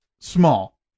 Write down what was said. small